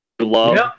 love